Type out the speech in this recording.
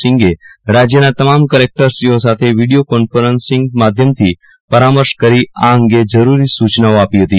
સિંઘે રાજ્યના તમામ કલેકટરશ્રીઓ સાથે વિડીયો કોન્ફરન્સીંગ માધ્યમથી પરામર્શ કરી આ અંગે જરૂરી સૂચનાઓ આપી હતી